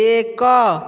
ଏକ